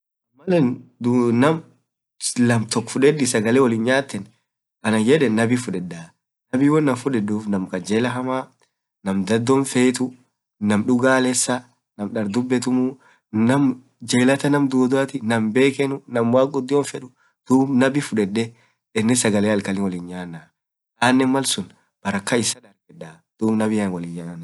maal nam took fudedi sagale woliin nyadaa anan yedeen. nabii fudedaa nabii woan anin fudeduuf, naam kajelaa hamaa naam dadin fetuu naam lilaa dubetuu muu, naam jelataa gumii duduatii naam waanin feduu duub nabii fudede, denee sagalee halkanii wolin nyanaa, anenn malsuun barakaa issa dargedaa, duub nabian wolin nyanaa.